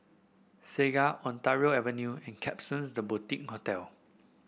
Segar Ontario Avenue and Klapsons The Boutique Hotel